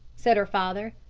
said her father.